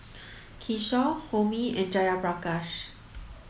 Kishore Homi and Jayaprakash